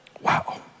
Wow